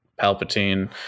Palpatine